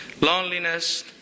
loneliness